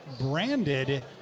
Branded